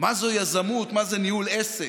מה זו יזמות, מה זה ניהול עסק,